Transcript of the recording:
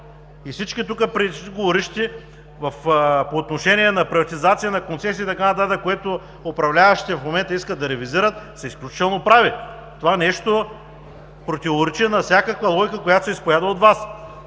Всички преждеговоривши по отношение на приватизация на концесии и така нататък, което управляващите в момента искат да ревизират, са изключително прави. Това нещо противоречи на всякаква логика, която се изповядва от Вас.